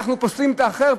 אנחנו פוסלים את האחר,